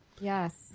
Yes